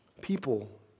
People